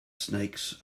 snakes